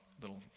little